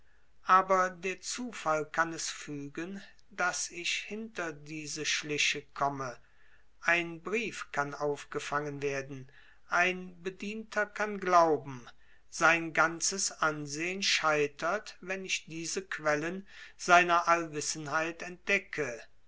aber der zufall kann es fügen daß ich hinter diese schliche komme ein brief kann aufgefangen werden ein bedienter kann plaudern sein ganzes ansehen scheitert wenn ich die quellen seiner allwissenheit entdecke